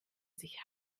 sich